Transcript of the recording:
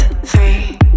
Three